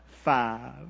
five